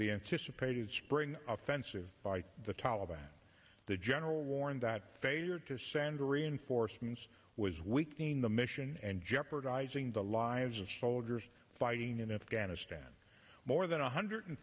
the anticipated spring offensive by the taliban the general warned that failure to send reinforcements was weakening the mission and jeopardizing the lives of soldiers fighting in afghanistan more than one hundred